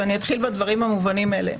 ואתחיל בדברים המובנים מאליהם.